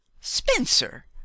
spencer